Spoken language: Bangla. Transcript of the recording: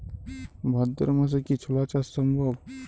ভাদ্র মাসে কি ছোলা চাষ সম্ভব?